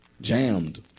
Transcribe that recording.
jammed